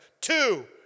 Two